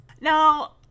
Now